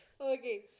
okay